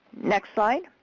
next slide.